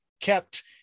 kept